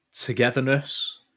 togetherness